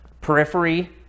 periphery